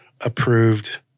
approved